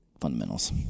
fundamentals